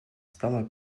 стало